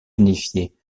unifiée